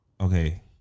Okay